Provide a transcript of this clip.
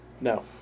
No